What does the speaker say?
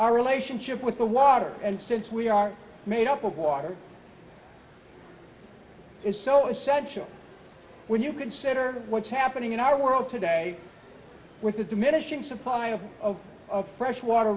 our relationship with the water and since we are made up of water is so essential when you consider what's happening in our world today with the diminishing supply of fresh water